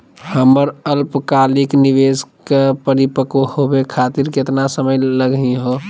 हमर अल्पकालिक निवेस क परिपक्व होवे खातिर केतना समय लगही हो?